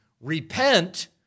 repent